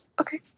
Okay